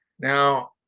Now